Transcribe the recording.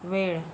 वेळ